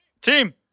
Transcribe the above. Team